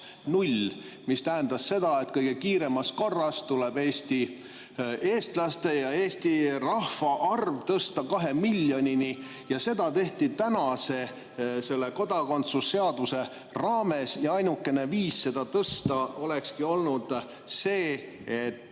mis tähendas seda, et kõige kiiremas korras tuleb eestlaste ja Eesti rahvaarv tõsta kahe miljonini. Seda tehti kodakondsus seaduse raames ja ainukene viis seda tõsta olekski olnud see, et